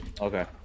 Okay